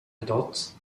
adults